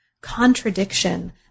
contradiction